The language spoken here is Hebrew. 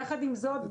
יחד עם זאת,